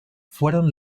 fueron